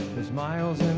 there's miles and